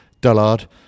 Dullard